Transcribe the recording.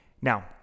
Now